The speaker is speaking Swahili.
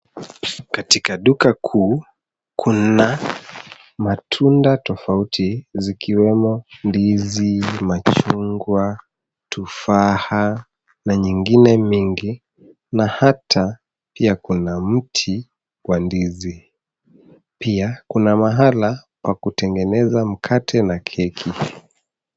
Katika duka kuu kuna matunda tofauti zikiwemo ndizi, machungwa, tufaha na nyingine nyingi na hata pia kuna mti kwa ndizi. Pia kuna mahala pa kutengeneza mkate na keki.